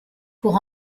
pour